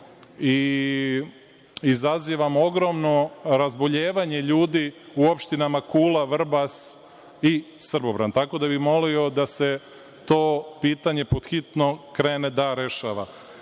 i izazivamo ogromno razboljevanje ljudi u opštinama Kula, Vrbas i Srbobran. Tako da bih molio da se to pitanje pod hitno krene da rešava. Takođe